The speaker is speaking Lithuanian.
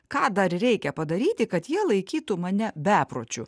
ką dar reikia padaryti kad jie laikytų mane bepročiu